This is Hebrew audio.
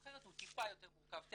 אחרת הוא טיפה יותר מורכב טכנית,